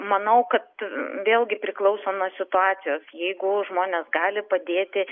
manau kad vėlgi priklauso nuo situacijos jeigu žmonės gali padėti